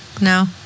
No